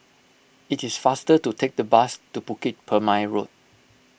it is faster to take the bus to Bukit Purmei Road